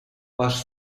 вашу